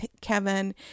Kevin